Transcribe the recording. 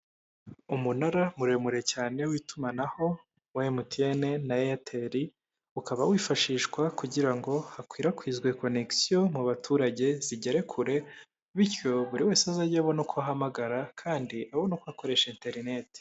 Umunara muremure cyane w'itumanaho wa Emutiyene na Eyateri, ukaba wifashishwa kugira ngo hakwirakwizwe konegisiyo mu baturage zigere kure, bityo buri wese azajye abone uko ahamagara kandi abona uko akoresha enterinete.